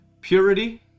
Purity